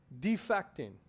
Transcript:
defecting